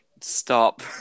Stop